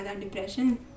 depression